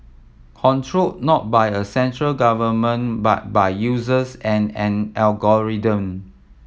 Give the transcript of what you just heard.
not by a central government but by users and an algorithm